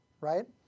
right